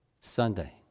sunday